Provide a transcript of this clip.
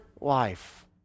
life